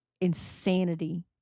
insanity